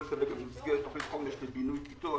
כרגע במסגרת תוכנית חומש לבינוי כיתות